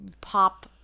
pop